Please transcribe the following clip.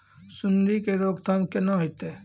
सुंडी के रोकथाम केना होतै?